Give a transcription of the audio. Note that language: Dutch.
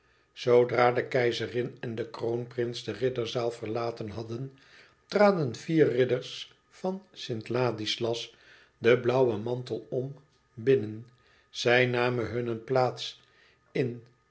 zoodra de keizerin en de kroonprins de ridderzaal verlaten hadden traden vier ridders van st ladislas den blauwen mantel om binnen zij namen hunne plaats in